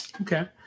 Okay